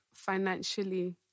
financially